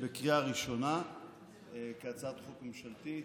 בקריאה ראשונה כהצעת חוק ממשלתית.